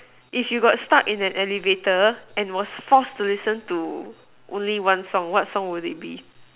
if you got stuck in an elevator and was forced to listen to only one song what song would it be